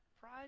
pride